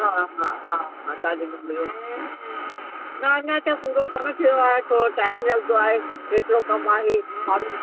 हा हा हा हा तव्हां ॾिनो हुयो न अञा त पूरो कोन थियो आहे थोरो टाइम लॻंदो आहे हेतिरो कमु आहे